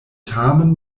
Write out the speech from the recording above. tamen